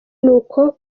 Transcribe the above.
nuko